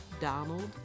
Donald